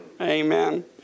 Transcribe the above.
Amen